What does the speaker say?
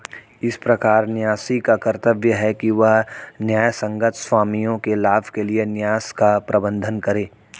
इस प्रकार न्यासी का कर्तव्य है कि वह न्यायसंगत स्वामियों के लाभ के लिए न्यास का प्रबंधन करे